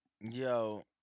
Yo